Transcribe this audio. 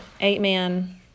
eight-man